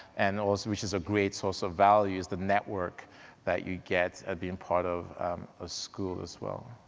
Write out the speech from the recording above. and also which is a great source of value, is the network that you get at being part of a school, as well,